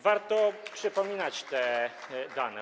Warto przypominać te dane.